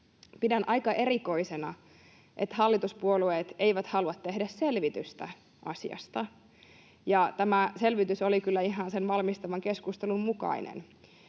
Pidän aika erikoisena, että hallituspuolueet eivät halua tehdä selvitystä asiasta. Tämä selvitys oli kyllä ihan sen valmistavan keskustelun mukainen.